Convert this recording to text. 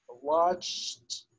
watched